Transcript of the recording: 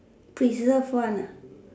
preserve one ah